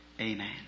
amen